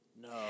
No